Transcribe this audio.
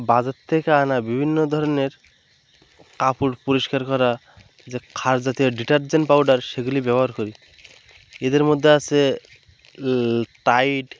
বাজার থেকে আনা বিভিন্ন ধরনের কাপড় পরিষ্কার করা যে ক্ষার জাতীয় ডিটারজেন্ট পাউডার সেগুলি ব্যবহার করি এদের মধ্যে আছে ল্ টাইড